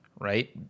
right